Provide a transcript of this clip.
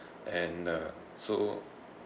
and uh so